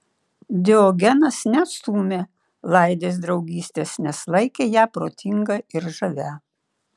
diogenas neatstūmė laidės draugystės nes laikė ją protinga ir žavia